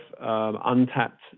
untapped